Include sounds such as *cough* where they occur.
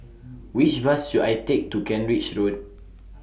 *noise* Which Bus should I Take to Kent Ridge Road